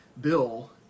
Bill